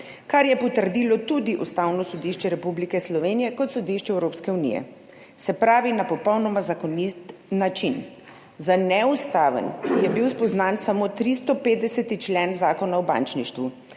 kar je potrdilo tudi Ustavno sodišče Republike Slovenije kot sodišče Evropske unije, se pravi na popolnoma zakonit način. Za neustaven je bil spoznan samo 350a. člen Zakona o bančništvu,